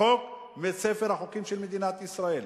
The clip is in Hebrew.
צחוק מספר החוקים של מדינת ישראל.